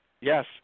Yes